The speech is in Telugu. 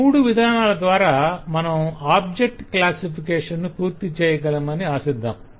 ఈ మూడు విధానాల ద్వార మనం ఆబ్జెక్ట్ క్లాసిఫికేషన్ ను పూర్తిచేయగలమని ఆశిద్దాం